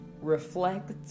reflect